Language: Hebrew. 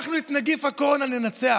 אנחנו את נגיף הקורונה ננצח,